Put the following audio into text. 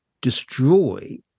destroy